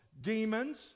demons